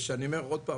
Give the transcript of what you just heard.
ואני אומר שוב,